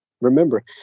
Remember